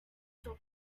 still